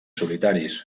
solitaris